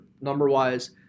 number-wise